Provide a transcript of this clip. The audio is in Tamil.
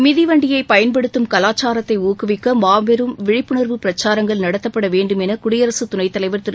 மிதி வண்டியை பயன்படுத்தும் கலாச்சாரத்தை ஊக்குவிக்க மாபெரும் விழிப்புணர்வு பிரச்சாரங்கள் நடத்தப்பட வேண்டும் என குடியரசு துணைத் தலைவர் திரு